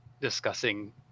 discussing